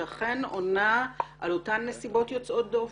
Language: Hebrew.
שאכן עונה על אותן נסיבות יוצאות דופן.